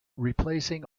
replacing